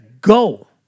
go